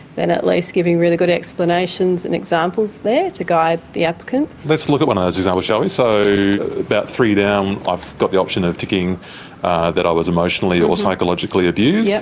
then at least giving really good explanations and examples there to guide the applicant. let's look at one of those examples, shall we. so about three down i've got the option of ticking that i was emotionally or psychologically abused. yeah